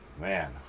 man